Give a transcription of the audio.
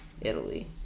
Italy